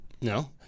No